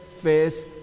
face